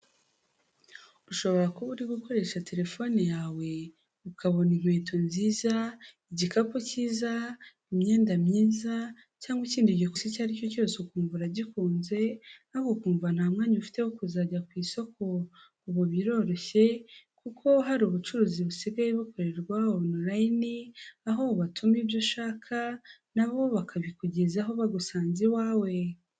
Ushobora kuba uri gukoresha telefone yawe ukabona inkweto nziza, igikapu kiza, imyenda myiza cyangwa ikindi gintu kizi icyo aricyo cyose ukumva uragikunze, ariko ukumva nta mwanya ufite wo kuzajya ku isoko. Ubu biroroshye kuko hari ubucuruzi busigaye bukorerwa onuline aho ubatuma ibyo ushaka nabo bakabikugezaho bagusanze iwawe.